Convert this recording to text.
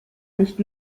nicht